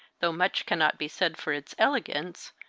though much cannot be said for its elegance,